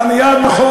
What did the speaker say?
על הנייר זה נכון,